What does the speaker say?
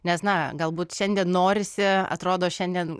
nes na galbūt šiandien norisi atrodo šiandien